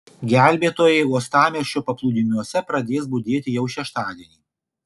gelbėtojai uostamiesčio paplūdimiuose pradės budėti jau šeštadienį